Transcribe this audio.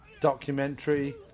Documentary